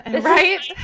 Right